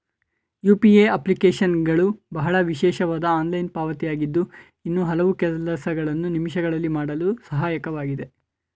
UPA ಅಪ್ಲಿಕೇಶನ್ಗಳು ಬಹಳ ವಿಶೇಷವಾದ ಆನ್ಲೈನ್ ಪಾವತಿ ಆಗಿದ್ದು ಇನ್ನೂ ಹಲವು ಕೆಲಸಗಳನ್ನು ನಿಮಿಷಗಳಲ್ಲಿ ಮಾಡಲು ಸಹಾಯಕವಾಗಿದೆ